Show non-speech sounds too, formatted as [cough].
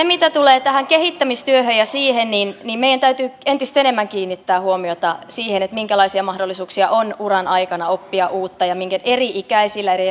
[unintelligible] mitä tulee tähän kehittämistyöhön niin niin meidän täytyy entistä enemmän kiinnittää huomiota siihen minkälaisia mahdollisuuksia on uran aikana oppia uutta ja miten eri ikäisillä ja eri [unintelligible]